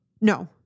No